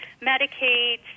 Medicaid